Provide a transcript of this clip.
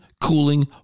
cooling